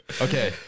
Okay